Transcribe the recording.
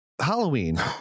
halloween